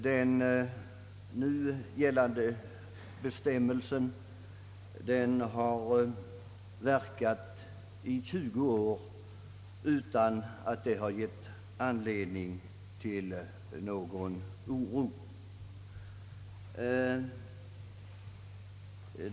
Den nu gällande bestämmelsen har varit i kraft i 20 år utan att ge anledning till någon oro.